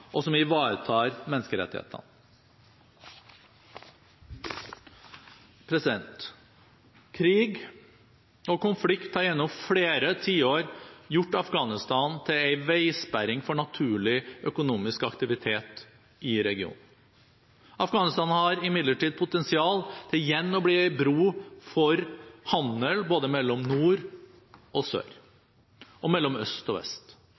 og som ivaretar menneskerettighetene. Krig og konflikt har gjennom flere tiår gjort Afghanistan til en veisperring for naturlig økonomisk aktivitet i regionen. Afghanistan har imidlertid potensial til igjen å bli en bro for handel, både mellom nord og sør og mellom øst og vest.